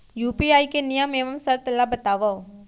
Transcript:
UPI के नियम एवं शर्त ला बतावव